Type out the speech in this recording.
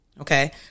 Okay